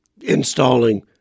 installing